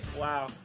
Wow